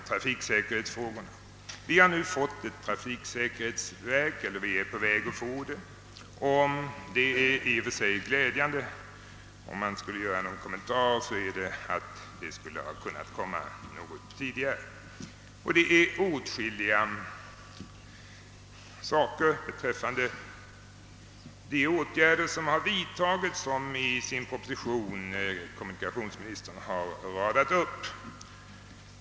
Vi har fått eller är på väg att få ett trafiksäkerhetsverk, och det är i och för sig glädjande. Om man skulle göra någon kommentar härtill så är det att detta verk skulle ha kunnat inrättas något tidigare. Kommunikationsministern har i sin proposition radat upp åtskilliga åtgärder som har vidtagits.